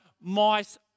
mice